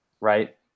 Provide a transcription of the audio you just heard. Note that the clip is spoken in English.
Right